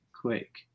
quick